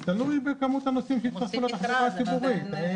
זה תלוי בכמות הנוסעים בתחבורה הציבורית.